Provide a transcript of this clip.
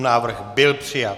Návrh byl přijat.